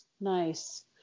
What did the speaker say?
Nice